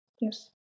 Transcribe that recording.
Yes